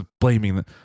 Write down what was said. blaming